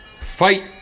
Fight